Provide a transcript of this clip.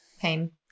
pain